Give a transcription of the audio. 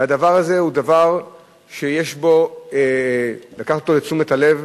הדבר הזה הוא דבר שיש לקחת אותו לתשומת הלב.